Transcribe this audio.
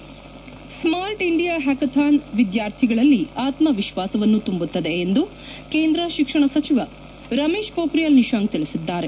head smart India hackathon ವಿದ್ಯಾರ್ಥಿಗಳಲ್ಲಿ ಆತ್ಮವಿಶ್ವಾಸವನ್ನು ತುಂಬುತ್ತದೆ ಎಂದು ಕೇಂದ್ರ ಶಿಕ್ಷಣ ಸಚಿವ ರಮೇಶ್ ಪೋಕ್ರಿಯಾಲ್ ನಿಶಾಂಕ್ ತಿಳಿಸಿದ್ದಾರೆ